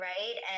Right